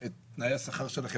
את תנאי השכר שלכם